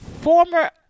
former